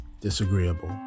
disagreeable